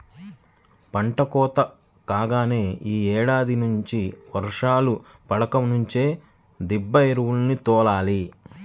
పంట కోత కాగానే యీ ఏడాది నుంచి వర్షాలు పడకముందు నుంచే దిబ్బ ఎరువుల్ని తోలాలి